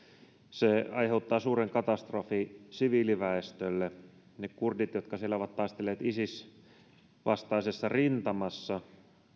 se aiheuttaa suuren katastrofin siviiliväestölle ja niille kurdeille jotka siellä ovat taistelleet isis vastaisessa rintamassa